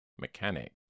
mechanic